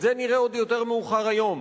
את זה נראה עוד יותר מאוחר היום,